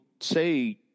say